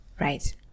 Right